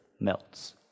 melts